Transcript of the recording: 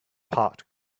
pot